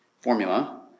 formula